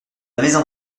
maison